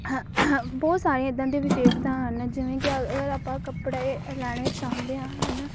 ਬਹੁਤ ਸਾਰੀਆਂ ਇੱਦਾਂ ਦੇ ਵਿਸ਼ੇਸ਼ਤਾ ਹਨ ਜਿਵੇਂ ਕਿ ਅ ਅਗਰ ਆਪਾਂ ਕੱਪੜੇ ਲੈਣੇ ਚਾਹੁੰਦੇ ਹਾਂ ਹੈ ਨਾ